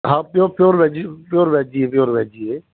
ਹਾਂ pure pure veggie pure veggie pure veggie ਏ